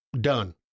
Done